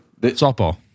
Softball